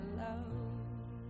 love